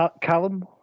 Callum